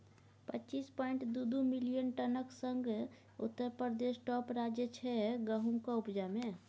पच्चीस पांइट दु दु मिलियन टनक संग उत्तर प्रदेश टाँप राज्य छै गहुमक उपजा मे